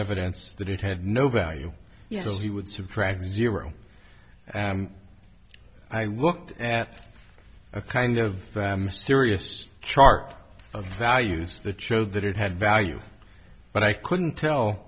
evidence that it had no value you know he would subtract zero and i looked at a kind of mysterious chart of values that showed that it had value but i couldn't tell